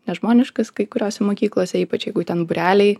nežmoniškas kai kuriose mokyklose ypač jeigu ten būreliai